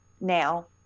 now